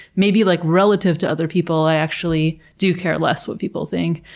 maybe like relative to other people i actually do care less what people think.